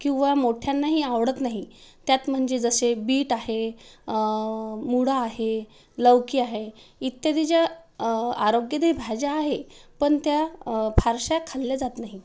किंवा मोठ्यांनाही आवडत नाही त्यात म्हणजे जसे बीट आहे मुळा आहे लौकी आहे इत्यादी ज्या आरोग्यदायी भाज्या आहे पण त्या फारश्या खाल्ल्या जात नाही